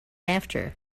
after